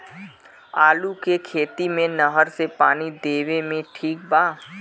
आलू के खेती मे नहर से पानी देवे मे ठीक बा?